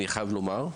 אני חייב לומר,